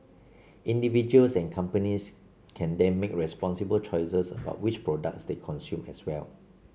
individuals and companies can then make responsible choices about which products they consume as well